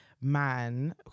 man